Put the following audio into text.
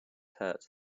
hurt